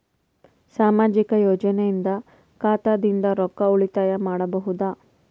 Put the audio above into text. ಸಾಮಾಜಿಕ ಯೋಜನೆಯಿಂದ ಖಾತಾದಿಂದ ರೊಕ್ಕ ಉಳಿತಾಯ ಮಾಡಬಹುದ?